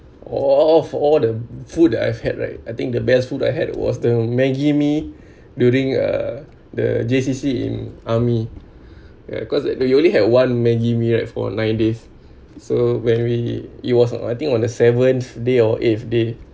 of all the food that I've had right I think the best food I had was the maggie mee during uh the J_C_C in army ya cause you only had one maggie mee right for nine days so when we it was I think on the seventh day or eighth day